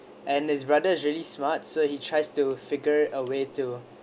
and his brother is really smart so he tries to figure a way to